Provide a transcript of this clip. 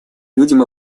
людям